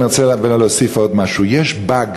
אני רוצה להוסיף עוד משהו: יש באג,